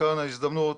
וכאן ההזדמנות,